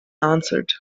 answered